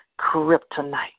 kryptonite